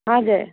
हजुर